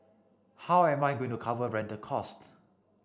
how am I going to cover rental cost